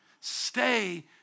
Stay